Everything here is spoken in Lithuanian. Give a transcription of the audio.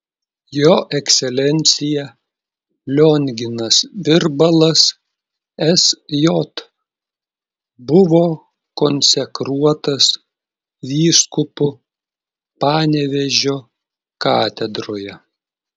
jo ekscelencija lionginas virbalas sj buvo konsekruotas vyskupu panevėžio katedroje